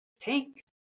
tank